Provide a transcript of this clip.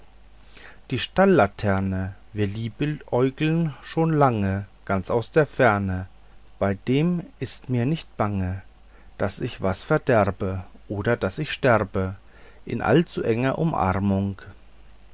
die stallaterne wir liebäugeln schon lange ganz aus der ferne bei dem ist mir nicht bange daß ich was verderbe oder daß ich sterbe in allzu enger umarmung